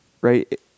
Right